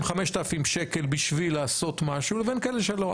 5,000 שקלים בשביל לעשות משהו לבין כאלה שלא.